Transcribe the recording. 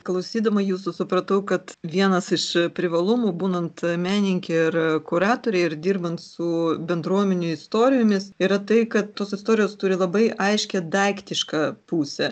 klausydama jūsų supratau kad vienas iš privalumų būnant menininke ir kuratore ir dirbant su bendruomenių istorijomis yra tai kad tos istorijos turi labai aiškią daiktišką pusę